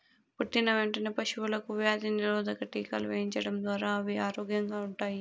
పుట్టిన వెంటనే పశువులకు వ్యాధి నిరోధక టీకాలు వేయించడం ద్వారా అవి ఆరోగ్యంగా ఉంటాయి